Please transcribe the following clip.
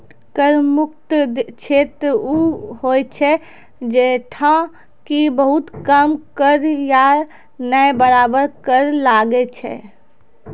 कर मुक्त क्षेत्र उ होय छै जैठां कि बहुत कम कर या नै बराबर कर लागै छै